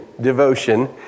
devotion